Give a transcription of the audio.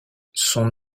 son